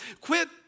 quit